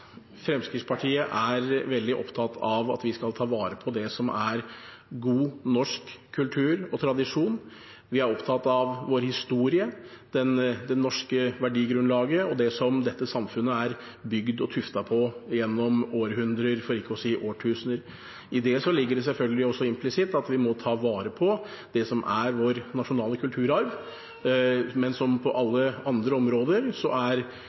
Fremskrittspartiet av kulturminner? Fremskrittspartiet er veldig opptatt av at vi skal ta vare på det som er god norsk kultur og tradisjon. Vi er opptatt av vår historie, det norske verdigrunnlaget og det som dette samfunnet er bygd og tuftet på gjennom århundrer, for ikke å si årtusener. I det ligger det selvfølgelig også implisitt at vi må ta vare på det som er vår nasjonale kulturarv. Men – som på alle andre områder: